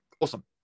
awesome